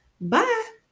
Bye